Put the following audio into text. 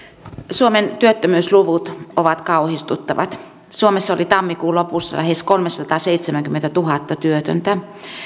suomen työttömyysluvut ovat kauhistuttavat suomessa oli tammikuun lopussa lähes kolmesataaseitsemänkymmentätuhatta työtöntä